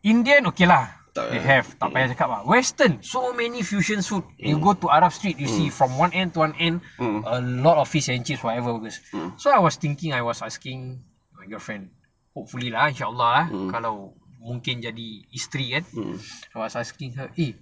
indian okay lah they have tak payah cakap ah western so many fusion food you go to arab street you see from one end to one end a lot of fish and chips whatever was so I was thinking I was asking my girlfriend hopefully lah inshaallah eh kalau mungkin jadi isteri kan I was asking her eh